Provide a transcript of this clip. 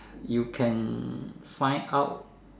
you can find out